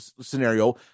scenario